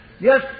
Yes